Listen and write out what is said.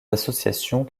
associations